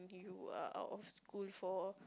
you are out of school for